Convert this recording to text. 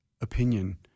opinion